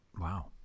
Wow